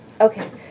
Okay